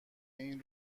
این